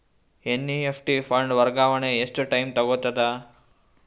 NEFT fund ವರ್ಗಾವಣೆ ಎಷ್ಟ time ತೋಗೊತದ?